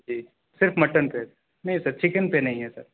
جی صرف مٹن پہ نہیں سر چکن پہ نہیں ہے سر